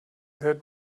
that